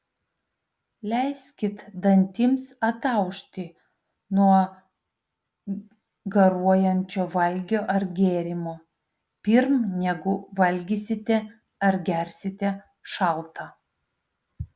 leiskit dantims ataušti nuo garuojančio valgio ar gėrimo pirm negu valgysite ar gersite šaltą